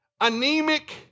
anemic